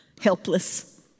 helpless